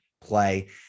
play